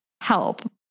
help